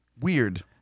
weird